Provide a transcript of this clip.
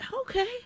okay